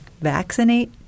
vaccinate